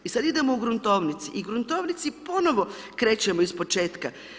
I sad idemo u gruntovnicu, i u gruntovnici ponovno krećemo ispočetka.